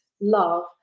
love